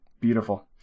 Beautiful